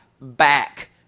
back